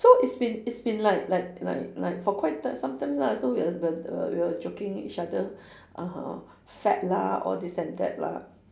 so it's been it's been like like like like for quite uh some times ah so we are err err we were joking each other uh fat lah all this and that lah